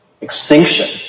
Extinction